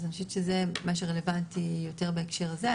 אז אני חושבת שזה מה שרלבנטי יותר בהקשר הזה.